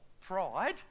pride